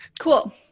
Cool